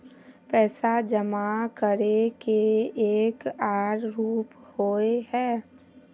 पैसा जमा करे के एक आर रूप होय है?